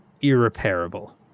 irreparable